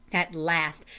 at last,